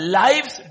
lives